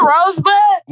Rosebud